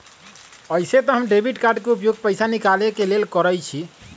अइसे तऽ हम डेबिट कार्ड के उपयोग पैसा निकाले के लेल करइछि